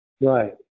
Right